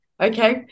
okay